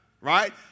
right